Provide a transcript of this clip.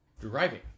driving